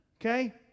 Okay